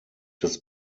des